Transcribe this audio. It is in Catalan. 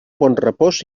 bonrepòs